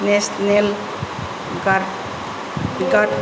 national गार guard